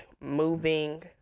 moving